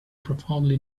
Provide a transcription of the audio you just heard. profoundly